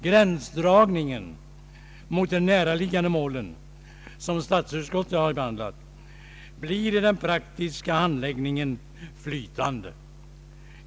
Gränsdragningen mot de närliggande målen, som statsutskottet behandlat, blir i den praktiska handläggningen = flytande.